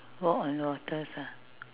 walk on waters ah